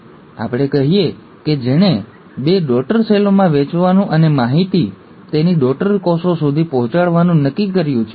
તો ચાલો આપણે કહીએ કે આ તે કોષ છે જેણે બે ડૉટર સેલોમાં વહેંચવાનું અને માહિતી તેની ડૉટરના કોષો સુધી પહોંચાડવાનું નક્કી કર્યું છે